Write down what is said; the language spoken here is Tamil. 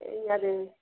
நீங்கள் அது